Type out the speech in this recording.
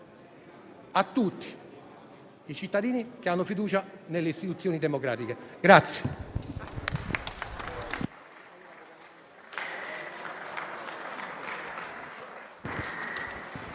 a tutti i cittadini che hanno fiducia nelle istituzioni democratiche.